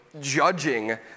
judging